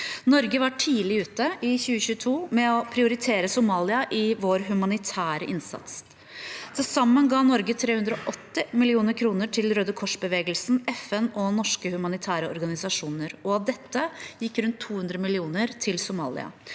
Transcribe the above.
Norge var tidlig ute i 2022 med å prioritere Somalia i vår humanitære innsats. Til sammen ga Norge 380 mill. kr til Røde Kors-bevegelsen, FN og norske humanitære organisasjoner. Av dette gikk rundt 200 mill. kr til Somalia.